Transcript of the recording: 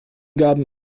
gaben